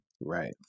right